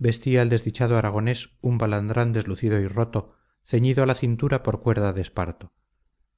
vestía el desdichado aragonés un balandrán deslucido y roto ceñido a la cintura por cuerda de esparto